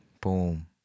Boom